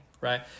right